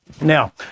Now